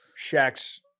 Shaq's